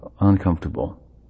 uncomfortable